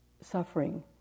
suffering